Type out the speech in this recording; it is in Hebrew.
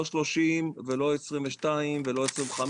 לא 30, לא 22 ולא 25